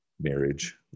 Marriage